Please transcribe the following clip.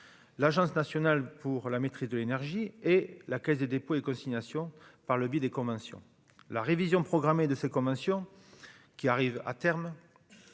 l'Agence nationale pour la maîtrise de l'énergie et la Caisse des dépôts et consignations, par le biais des conventions la révision programmée de ces conventions qui arrive à terme,